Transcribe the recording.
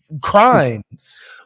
crimes